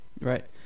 Right